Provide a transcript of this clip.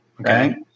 Okay